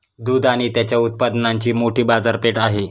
दूध आणि त्याच्या उत्पादनांची मोठी बाजारपेठ आहे